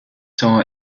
sont